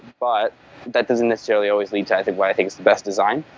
but that doesn't necessarily always lead to i think what i think is the best design.